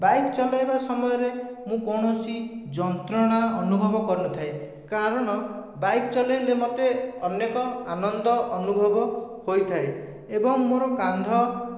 bike ଚଲାଇବା ସମୟରେ ମୁଁ କୌଣସି ଯନ୍ତ୍ରଣା ଅନୁଭବ କରିନଥାଏ କାରଣ ବାଇକ୍ ଚଲାଇଲେ ମୋତେ ଅନେକ ଆନନ୍ଦ ଅନୁଭବ ହୋଇଥାଏ ଏବଂ ମୋର କାନ୍ଧ